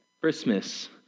Christmas